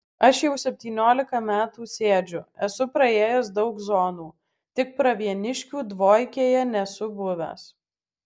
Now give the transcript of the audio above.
aš jau septyniolika metų sėdžiu esu praėjęs daug zonų tik pravieniškių dvojkėje nesu buvęs